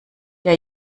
der